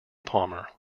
palmer